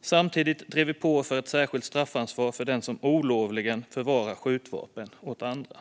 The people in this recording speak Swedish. Samtidigt drev vi på för ett särskilt straffansvar för den som olovligen förvarar skjutvapen åt andra.